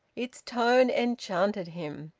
its tone enchanted him.